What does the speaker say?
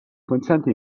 consente